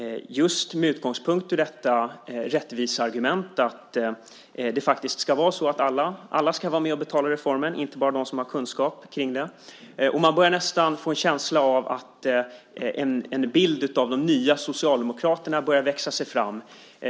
Utgångspunkten ska vara detta rättviseargument; alla ska vara med och betala reformen, och det ska inte finnas något undantag för dem som har kunskap om det här. Man får nästan en känsla av att en bild av de nya Socialdemokraterna börjar växa fram.